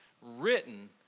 written